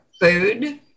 food